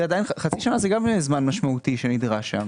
חצי שנה זה גם זמן משמעותי שנדרש.